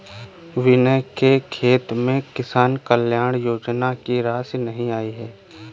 विनय के खाते में किसान कल्याण योजना की राशि नहीं आई है